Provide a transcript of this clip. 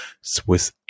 Swiss